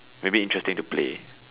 maybe interesting to play